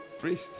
Priest